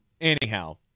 Anyhow